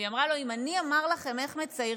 היא אמרה לו: אם אני אומר לכם איך מציירים,